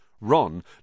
Ron